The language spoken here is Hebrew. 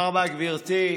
גברתי.